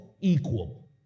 equal